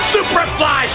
Superfly